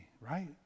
right